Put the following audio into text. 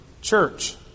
church